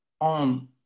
on